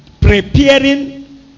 preparing